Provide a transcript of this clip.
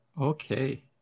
Okay